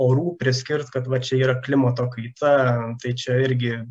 orų priskirt kad va čia yra klimato kaita tai čia irgi